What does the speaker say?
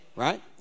Right